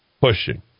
pushing